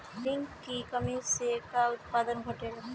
Zinc की कमी से का उत्पादन घटेला?